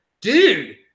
Dude